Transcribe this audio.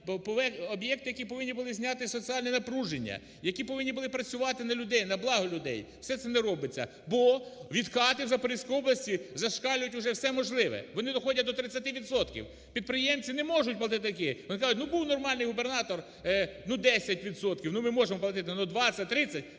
об'єкти, які повинні були зняти соціальне напруження, які повинні були працювати на людей, на благо людей, все це робиться, бо відкати у Запорізькій області зашкалюють уже все можливе, вони доходять до 30 відсотків. Підприємці не можуть платити таке. Вони кажуть: ну, був нормальний губернатор, ну, 10 відсотків ми можемо платити, но 20-30